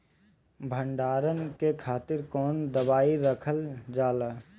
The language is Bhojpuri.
भंडारन के खातीर कौन दवाई रखल जाला?